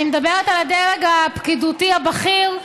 אני מדברת על הדרג הפקידותי הבכיר.